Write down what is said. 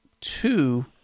Two